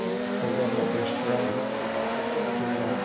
ଏବେ ଆମେ ଏକ୍ସଟ୍ରା କିମ୍ବା